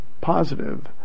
positive